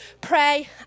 pray